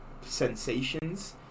sensations